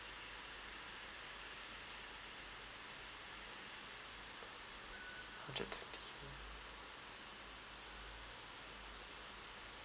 hundred twenty